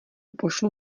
pošlu